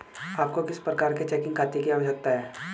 आपको किस प्रकार के चेकिंग खाते की आवश्यकता है?